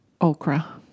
okra